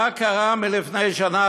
מה קרה לפני שנה,